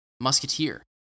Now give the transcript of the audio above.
musketeer